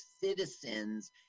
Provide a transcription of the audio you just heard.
citizens